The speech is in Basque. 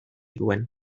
duen